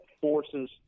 forces